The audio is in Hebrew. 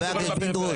חבר הכנסת פינדרוס.